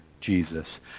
Jesus